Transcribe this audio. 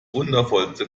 wundervollste